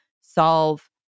solve